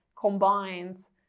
combines